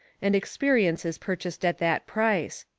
and experience is purchased at that price.